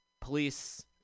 police